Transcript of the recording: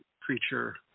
creature